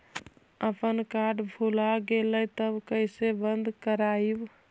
अपन कार्ड भुला गेलय तब कैसे बन्द कराइब?